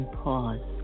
pause